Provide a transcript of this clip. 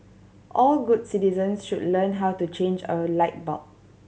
all good citizens should learn how to change a light bulb